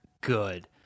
good